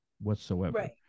whatsoever